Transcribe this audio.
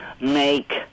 make